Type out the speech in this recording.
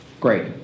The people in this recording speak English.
Great